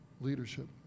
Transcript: leadership